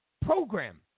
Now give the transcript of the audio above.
program